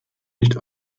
nicht